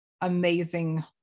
amazing